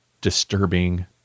disturbing